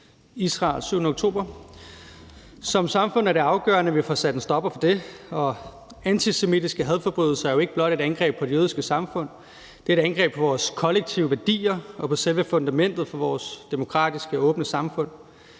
Israel den 7. oktober. Det er afgørende, at vi som samfund får sat en stopper for det. Antisemitiske hadforbrydelser er jo ikke blot et angreb på det jødiske samfund, det er et angreb på vores kollektive værdier og på selve fundamentet for vores demokratiske og åbne samfund.